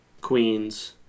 Queens